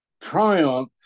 triumph